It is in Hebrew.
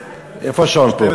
איפה השעון פה?